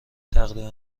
تقریبا